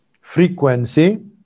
frequency